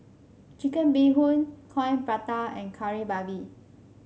Chicken Bee Hoon Coin Prata and Kari Babi